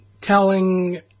telling